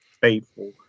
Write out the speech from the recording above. faithful